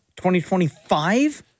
2025